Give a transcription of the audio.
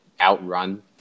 outrun